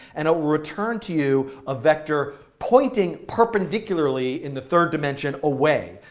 and it will return to you a vector pointing perpendicularly in the third dimension, away.